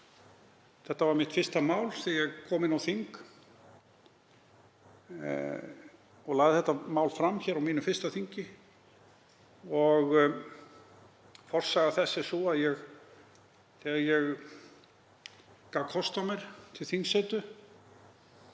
Þetta var mitt fyrsta mál þegar ég kom inn á þing, ég lagði þetta mál fram á mínu fyrsta þingi. Forsaga þess er sú að þegar ég gaf kost á mér til þingsetu